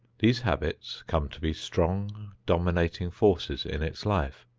these habits come to be strong, dominating forces in its life.